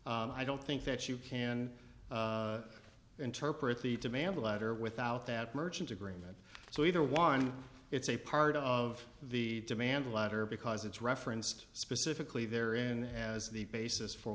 i don't think that you can interpret the demand letter without that merchant agreement so either one it's a part of the demand letter because it's referenced specifically there in as the basis for